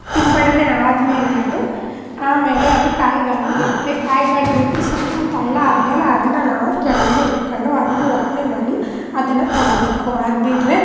ಸಿಂಪಡನೆ ಆದ್ಮೇಲೆ ಅದು ಆಮೇಲೆ ಅದು ಕಾಯಿಗಳನ್ನ ಬಿಡುತ್ತೆ ಕಾಯಿಗಳು ಬಿಟ್ಟಿ ಸ್ವಲ್ಪೊತ್ತು ಹಳ್ಳ ಆದ್ಮೇಲೆ ಅದನ್ನು ನಾವು ಕೆಳಗಡೆ ಇಟ್ಕೊಂಡು ಅದನ್ನು ಒಕ್ಕಣೆ ಮಾಡಿ ಅದನ್ನು ತಗೊಳ್ಬೇಕು ಅದು ಬಿಟ್ಟರೆ